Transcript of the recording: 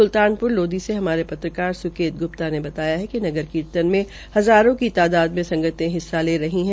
सुल्तानपुर लोधी से हमारे सवांददाता सुकेत ग्प्ता ने बताया कि नगर कीर्तन मे हज़ारों की तादाद में सगतें हिस्सा ले रही है